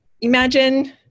imagine